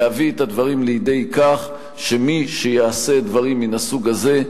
להביא את הדברים לידי כך שמי שיעשה דברים מן הסוג הזה,